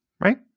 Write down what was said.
right